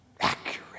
accurate